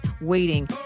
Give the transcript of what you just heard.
Waiting